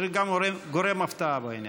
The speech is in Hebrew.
צריך גם גורם הפתעה בעניין.